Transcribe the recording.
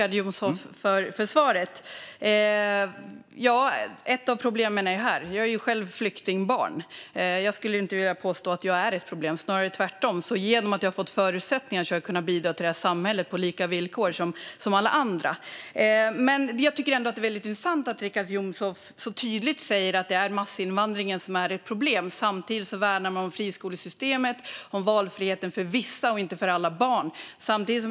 Fru talman! Tack, Richard Jomshof, för svaret! Ett av problemen står här - jag är själv flyktingbarn. Jag skulle vilja påstå att jag inte är ett problem, snarare tvärtom. Genom att jag har fått förutsättningar har jag kunnat bidra till det här samhället på samma villkor som alla andra. Men det är väldigt intressant att Richard Jomshof så tydligt säger att det är massinvandringen som är problemet. Samtidigt värnar man om friskolesystemet och om valfriheten för vissa, inte alla, barn.